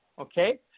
okay